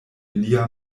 lia